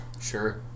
Sure